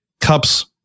cups